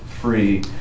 free